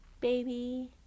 baby